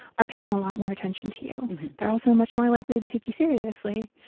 are paying a lot more attention to you. they're also much more likely to take you seriously.